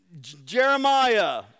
Jeremiah